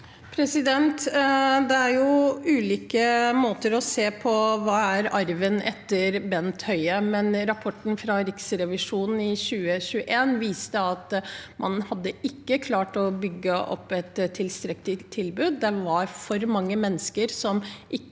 Det er ulike måter å se på hva arven etter Bent Høie er, men rapporten fra Riksrevisjonen fra 2021 viste at man ikke hadde klart å bygge opp et tilstrekkelig tilbud. Det var for mange mennesker som ikke